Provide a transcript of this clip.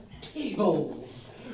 Tables